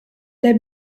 their